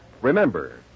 remember